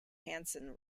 hanson